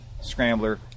Scrambler